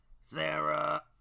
Sarah